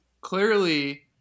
Clearly